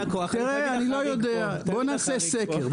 תראה אני לא יודעת, בוא נעשה סקר.